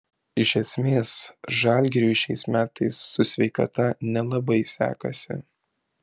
iš esmės žalgiriui šiais metais su sveikata nelabai sekasi